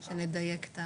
שנדייק.